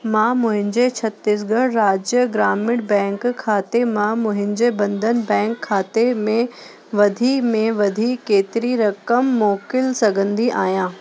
मां मुंहिंजे छत्तीसगढ़ राज्य ग्रामीण बैंक खाते मां मुंहिंजे बंधन बैंक खाते में वधि में वधि केतिरी रक़म मोकिल सघंदी आहियां